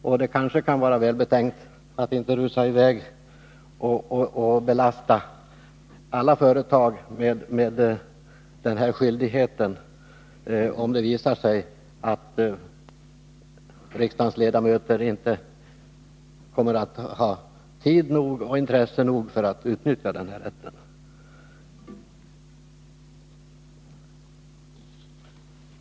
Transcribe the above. Det kan kanske vara välbetänkt att inte rusa i väg och belasta alla företag med den här skyldigheten, om det skulle visa sig att riksdagens ledamöter inte kommer att ha tid och intresse nog för att utnyttja rätten.